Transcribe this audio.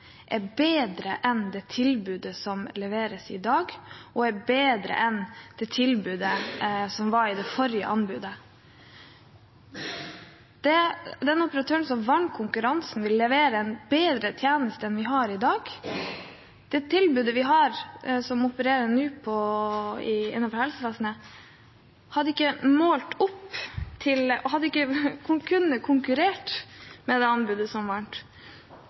er bedre enn det tilbudet som leveres i dag, og er bedre enn det tilbudet som var i forbindelse med det forrige anbudet. Den operatøren som vant konkurransen, vil levere bedre tjenester enn vi har i dag. Dagens operatør, som gir tilbud gjennom helsevesenet, hadde ikke kunnet konkurrere med det anbudet som